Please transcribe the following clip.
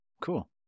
cool